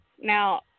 Now